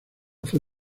fue